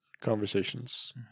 conversations